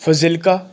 Fazilka